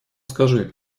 скажи